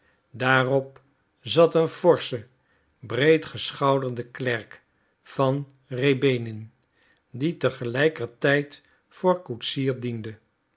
daarop zat een forsche breedgeschouderde klerk van rjäbinin die tegelijkertijd voor koetsier diende